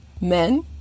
men